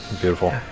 Beautiful